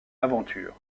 aventures